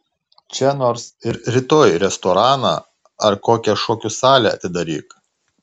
čia nors ir rytoj restoraną ar kokią šokių salę atidaryk